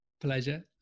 Pleasure